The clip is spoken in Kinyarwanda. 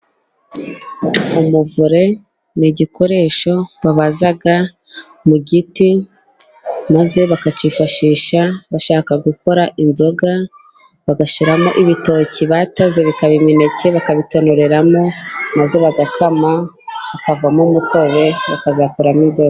Umuvure ni igikoresho babaza mu giti maze bakakifashisha bashaka gukora inzoga, bagashyiramo ibitoki bataze bikaba imineke bakabitonoreramo, maze bagakama hakavamo umutobe, bakazakoramo inzoga.